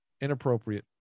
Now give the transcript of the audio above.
Inappropriate